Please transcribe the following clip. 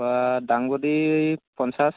ডাংবদি পঞ্চাছ